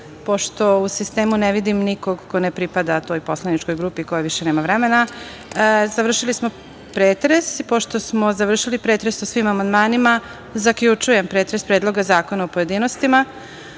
u sistemu ne vidim nikog kog ne pripada toj poslaničkoj grupi koja više nema vremena, završili smo pretres. Pošto smo završili pretres o svim amandmanima, zaključujem pretres Predloga zakona u pojedinostima. Pošto